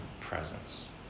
presence